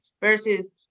Versus